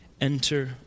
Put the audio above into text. Enter